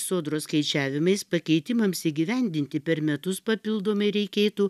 sodros skaičiavimais pakeitimams įgyvendinti per metus papildomai reikėtų